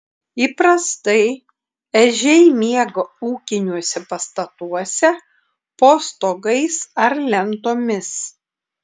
įprastai ežiai miega ūkiniuose pastatuose po stogais ar lentomis